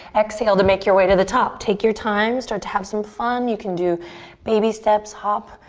exhale to make your way to the top. take your time, start to have some fun. you can do baby steps, hop,